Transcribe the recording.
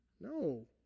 No